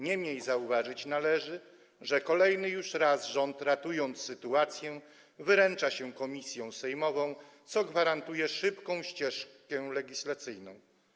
Niemniej zauważyć należy, że kolejny już raz rząd, ratując sytuację, wyręcza się komisją sejmową, co gwarantuje szybką ścieżkę legislacyjną.